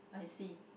I see